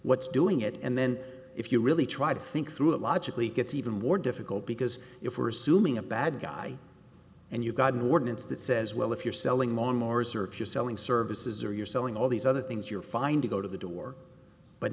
what's doing it and then if you really try to think through a logically gets even more difficult because you're for assuming a bad guy and you've got an ordinance that says well if you're selling more and more research you're selling services or you're selling all these other things you're fine to go to the door but